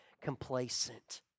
complacent